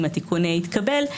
אם התיקון יתקבל,